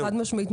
חד משמעית,